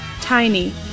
tiny